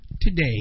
today